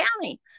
County